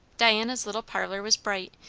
diana's little parlour was bright,